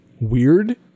weird